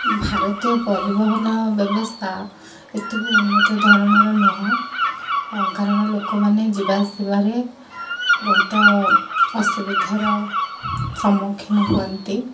ଭାରତୀୟ ପରିବହନ ବ୍ୟବସ୍ଥା ଏତେବି ଉନ୍ନତ ଧରଣର ନୁହେଁ କାରଣ ଲୋକମାନେ ଯିବାଆସିବାରେ ବହୁତ ଅସୁବିଧାର ସମ୍ମୁଖୀନ ହୁଅନ୍ତି